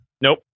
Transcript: Nope